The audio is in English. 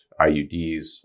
IUDs